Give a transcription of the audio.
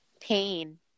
pain